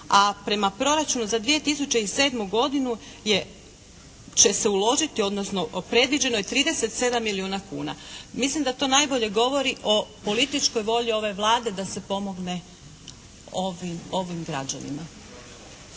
a prema proračunu za 2007. godinu je, će se uložiti odnosno predviđeno je 37 milijuna kuna. Mislim da to najbolje govori o političkoj volji ove Vlade da se pomogne ovim građanima.